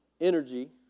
energy